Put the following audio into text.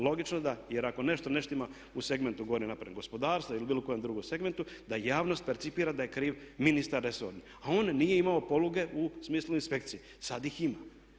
Logično da jer ako nešto ne štima u segmentu govorim npr. gospodarstva ili bilo kojem drugom segmentu da javnost percipira da je kriv ministar resorni a on nije imao poluge u smislu inspekcije, sad ih ima.